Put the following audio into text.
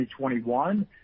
2021